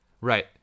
Right